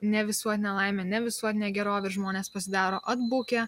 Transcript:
ne visuotinė laimė ne visuotinė gerovė ir žmonės pasidaro atbukę